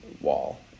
wall